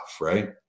Right